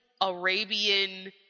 Arabian